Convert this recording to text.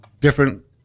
different